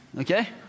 okay